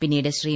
പിന്നീട് ശ്രീ